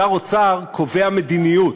שר אוצר קובע מדיניות.